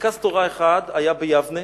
מרכז תורה אחד היה ביבנה,